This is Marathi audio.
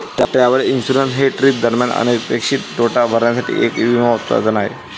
ट्रॅव्हल इन्शुरन्स हे ट्रिप दरम्यान अनपेक्षित तोटा भरण्यासाठी एक विमा उत्पादन आहे